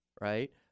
right